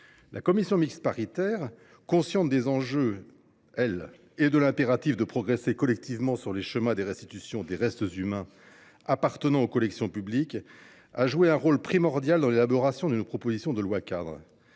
La commission mixte paritaire, consciente des enjeux et de l’impératif de progresser collectivement sur le chemin des restitutions des restes humains appartenant aux collections publiques, a joué un rôle primordial dans l’élaboration d’une proposition de loi cadre.